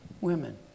women